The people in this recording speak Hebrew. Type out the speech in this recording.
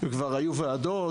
והיו ועדות,